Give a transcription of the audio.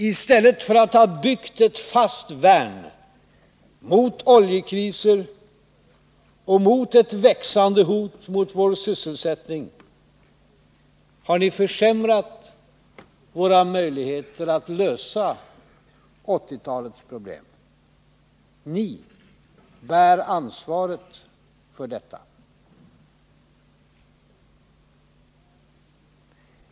I stället för att ha byggt ett fast värn mot oljekrisen och mot ett växande hot mot vår sysselsättning har ni försämrat våra möjligheter att lösa 1980-talets problem. Ni bär ansvaret för detta.